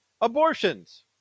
abortions